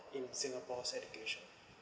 in singapore's education